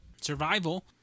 survival